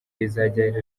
rizajya